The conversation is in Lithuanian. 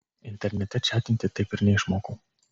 internete čatinti taip ir neišmokau